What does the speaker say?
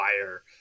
fire